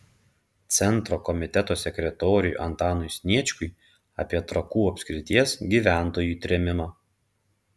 centro komiteto sekretoriui antanui sniečkui apie trakų apskrities gyventojų trėmimą